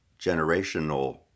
generational